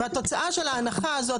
התוצאה של ההנחה הזאת,